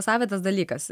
savitas dalykas